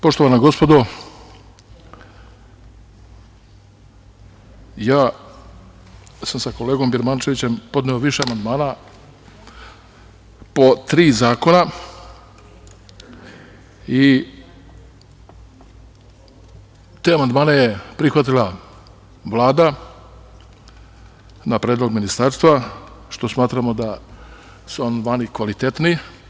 Poštovana gospodo, ja sam sa kolegom Birmančevićem podneo više amandmana po tri zakona i te amandmane je prihvatila Vlada na predlog Ministarstva, što smatramo da su amandmani kvalitetni.